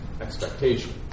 expectation